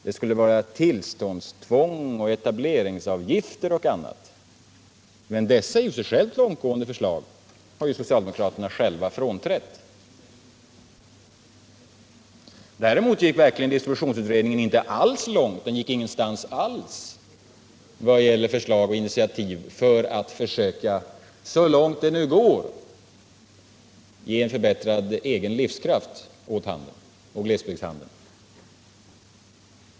Det skulle vara tillståndstvång, etableringsavgifter och annat. Men dessa i sig långtgående förslag har ju socialdemokraterna själva frånträtt. Däremot gick distributionsutredningen verkligen inte alls långt — den gick ingenstans alls — vad gäller förslag och initiativ för att försöka att så långt det nu går ge en förbättrad egen livskraft åt handeln, och särskilt åt glesbygdshandeln.